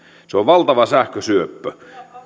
se on valtava sähkösyöppö